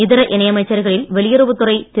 இதர இணையமைச்சர்களில் வெளியுறவுத்துறை திரு